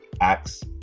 Acts